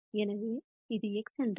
எனவே இது x என்றால்